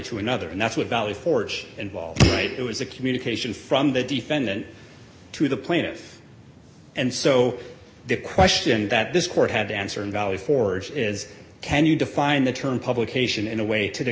to another and that's what valley forge involves right it was a communication from the defendant to the plaintiff and so the question that this court had to answer in valley forge is can you define the term publication in a way to